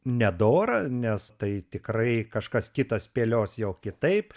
nedora nes tai tikrai kažkas kitas spėlios jau kitaip